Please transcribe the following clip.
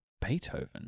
Beethoven